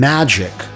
Magic